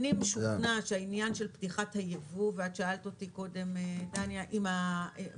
אני משוכנעת שהעניין של פתיחת הייבוא, אין לי